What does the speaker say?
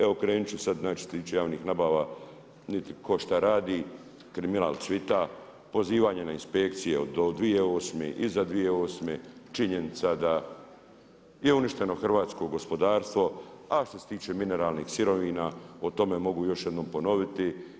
Evo krenuti ću sad znači što se tiče javnih nabava, niti tko šta radi, kriminal cvijeta, pozivanje na inspekcije, od 2008. iza 2008. činjenica da je uništeno hrvatsko gospodarstvo, ali što se tiče mineralnih sirovina, o tome mogu još jednom ponoviti.